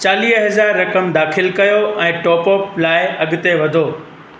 चालीह हज़ार रक़म दाखिल कयो ऐं टॉप अप लाइ अॻिते वधो